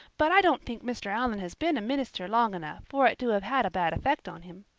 but i don't think mr. allan has been a minister long enough for it to have had a bad effect on him.